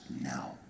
now